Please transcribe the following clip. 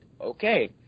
okay